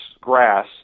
grass